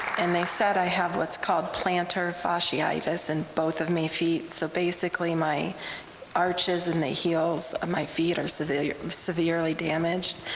and they said i have what's called plantar fasciitis in both of my feet, so basically my arches and the heels of ah my feet are severe severely damaged,